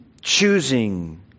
choosing